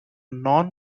non